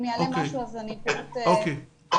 תודה.